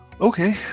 Okay